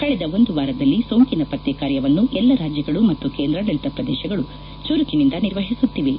ಕಳೆದ ಒಂದು ವಾರದಲ್ಲಿ ಸೋಂಕಿನ ಪತ್ತೆ ಕಾರ್ಯವನ್ನು ಎಲ್ಲ ರಾಜ್ಯಗಳು ಮತ್ತು ಕೇಂದ್ರಾಡಳಿತ ಪ್ರದೇಶಗಳು ಚುರುಕಿನಿಂದ ನಿರ್ವಹಿಸುತ್ತಿವೆ